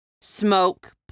Smoke